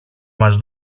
μας